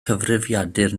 cyfrifiadur